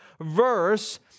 verse